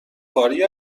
کاری